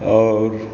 आओर